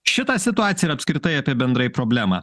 šitą situaciją ir apskritai apie bendrai problemą